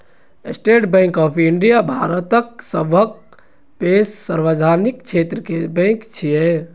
state Bank of India भारतक सबसं पैघ सार्वजनिक क्षेत्र के बैंक छियै